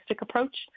approach